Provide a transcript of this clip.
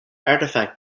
artifact